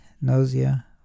nausea